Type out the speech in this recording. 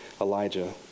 Elijah